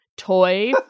toy